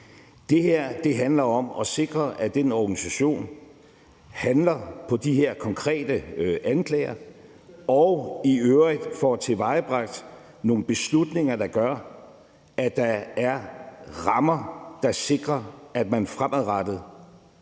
Det her handler om at sikre, at den organisation handler på de her konkrete anklager og i øvrigt får tilvejebragt nogle beslutninger, der gør, at der er rammer, som sikrer, at man fremadrettet